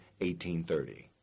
1830